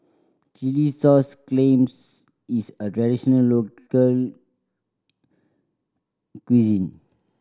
chilli sauce clams is a traditional local cuisine